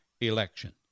election